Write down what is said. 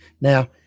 now